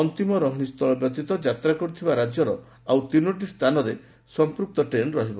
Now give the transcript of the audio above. ଅନ୍ତିମ ରହଶୀ ସ୍ଚଳ ବ୍ୟତୀତ ଯାତ୍ରା କରୁଥିବା ରାକ୍ୟର ଆଉ ତିନୋଟି ସ୍ଥାନରେ ସମ୍ମୁକ୍ତ ଟ୍ରେନ ରହିବ